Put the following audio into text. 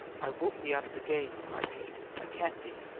i won't be out of the game! cried kate. i can't be!